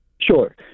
Sure